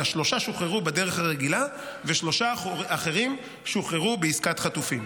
אלא שלושה שוחררו בדרך הרגילה ושלושה אחרים שוחררו בעסקת חטופים".